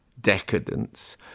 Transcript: decadence